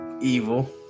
evil